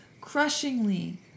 crushingly